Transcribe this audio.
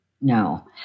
no